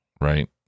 right